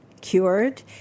Cured